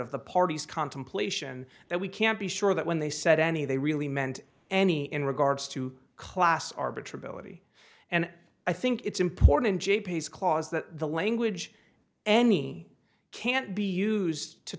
of the parties contemplation that we can't be sure that when they said any they really meant any in regards to class arbiter billet and i think it's important j's clause that the language any can't be used to